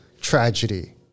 tragedy